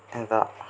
இதுதான்